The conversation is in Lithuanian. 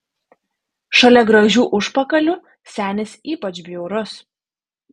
šalia gražių užpakalių senis ypač bjaurus